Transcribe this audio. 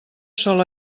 sol